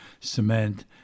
cement